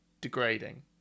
degrading